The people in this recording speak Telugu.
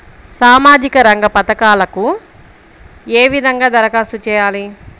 సామాజిక రంగ పథకాలకీ ఏ విధంగా ధరఖాస్తు చేయాలి?